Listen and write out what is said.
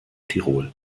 tirol